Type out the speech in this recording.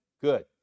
Good